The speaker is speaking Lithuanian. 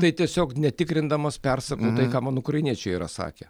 tai tiesiog netikrindamas persakau tai ką man ukrainiečiai yra sakę